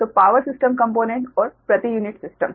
तो power system component और प्रति यूनिट सिस्टम